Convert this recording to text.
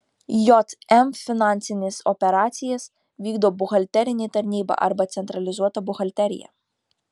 jm finansines operacijas vykdo buhalterinė tarnyba arba centralizuota buhalterija